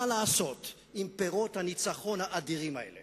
מה לעשות עם פירות הניצחון האדירים האלה